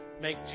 make